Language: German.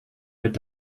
wird